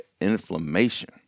inflammation